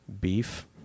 beef